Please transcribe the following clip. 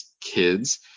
kids